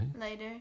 later